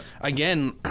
Again